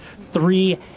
three